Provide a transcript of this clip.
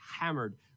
hammered